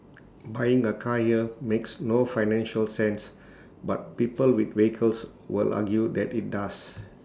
buying A car here makes no financial sense but people with vehicles will argue that IT does